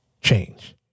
change